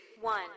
one